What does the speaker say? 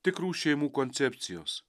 tikrų šeimų koncepcijos